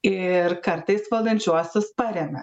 ir kartais valdančiuosius paremia